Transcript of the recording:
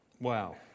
Wow